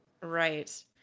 Right